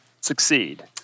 succeed